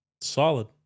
solid